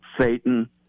Satan